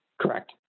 Correct